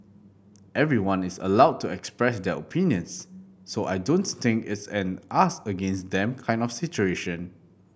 everyone is allowed to express their opinions so I don't think it's an us against them kind of situation